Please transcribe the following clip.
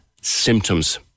symptoms